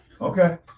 Okay